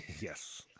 Yes